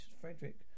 Frederick